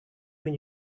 when